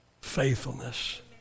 faithfulness